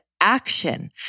action